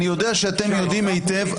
אני יודע שאתם יודעים היטב,